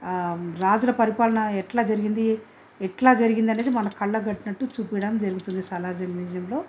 రాజుల పరిపాలన ఎట్లా జరిగింది ఎట్లా జరిగింది అనేది మన కళ్ళకు కట్టినట్లు చూపియడం జరుగుతుంది సాలార్ జంగ్ మ్యూజియంలో